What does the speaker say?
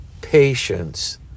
patience